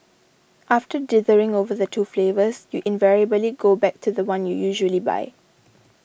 after dithering over the two flavours you invariably go back to the one you usually buy